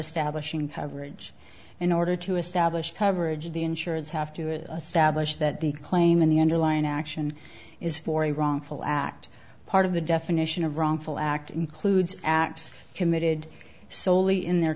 establishing coverage in order to establish coverage of the insurers have to establish that the claim in the underlying action is for a wrongful act part of the definition of wrongful act includes acts committed solely in their